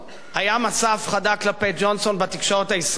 היה מסע הפחדה כלפי ג'ונסון בתקשורת הישראלית?